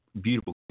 Beautiful